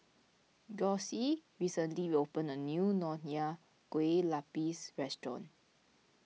Gussie recently opened a new Nonya Kueh Lapis Restaurant